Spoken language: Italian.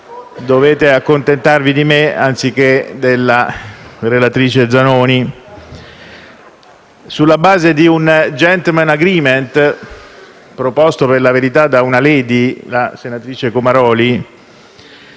dovete accontentarvi di me anziché della relatrice Zanoni. Sulla base di un *gentlemen agreement* (proposto, per la verità, da una *lady*, cioè dalla senatrice Comaroli,